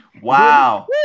Wow